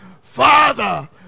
Father